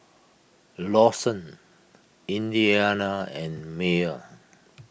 Lawson Indiana and Myer